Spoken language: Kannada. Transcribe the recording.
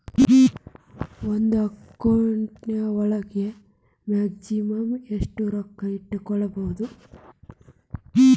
ಒಂದು ಅಕೌಂಟ್ ಒಳಗ ಮ್ಯಾಕ್ಸಿಮಮ್ ಎಷ್ಟು ರೊಕ್ಕ ಇಟ್ಕೋಬಹುದು?